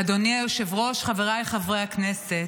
אדוני היושב-ראש, חבריי חברי הכנסת,